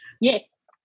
Yes